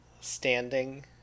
standing